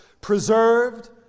preserved